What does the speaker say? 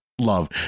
love